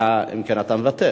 אלא אם כן אתה מוותר.